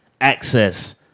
access